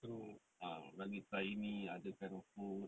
ah berani try ini other kind of food